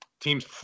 Teams